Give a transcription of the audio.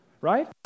right